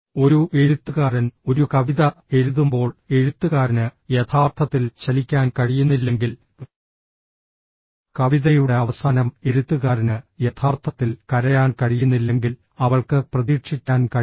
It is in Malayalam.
ഒരു എഴുത്തുകാരൻ ഒരു കവിത എഴുതുമ്പോൾ എഴുത്തുകാരന് യഥാർത്ഥത്തിൽ ചലിക്കാൻ കഴിയുന്നില്ലെങ്കിൽ കവിതയുടെ അവസാനം എഴുത്തുകാരന് യഥാർത്ഥത്തിൽ കരയാൻ കഴിയുന്നില്ലെങ്കിൽ അവൾക്ക് പ്രതീക്ഷിക്കാൻ കഴിയില്ല